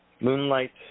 Moonlight